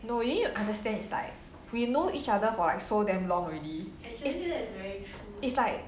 no you need to understand is like we know each other for like so damn long already it's like